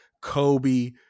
Kobe